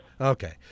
Okay